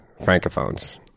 Francophones